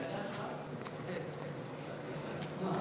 "הדסה" עכשיו?